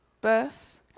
birth